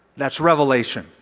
that's revelation.